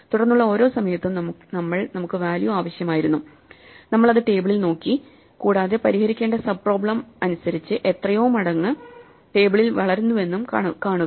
തുടർന്നുള്ള ഓരോ സമയത്തും നമുക്ക് വാല്യൂ ആവശ്യമായിരുന്നു നമ്മൾ അത് ടേബിളിൽ നോക്കി കൂടാതെ പരിഹരിക്കേണ്ട സബ് പ്രോബ്ലെം അനുസരിച്ചു എത്രയോ മടങ്ങ് ടേബിൾ വളരുന്നുവെന്നും കാണുക